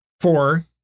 four